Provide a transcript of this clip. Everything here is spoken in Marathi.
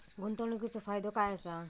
गुंतवणीचो फायदो काय असा?